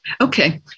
Okay